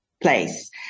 place